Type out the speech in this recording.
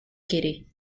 kitty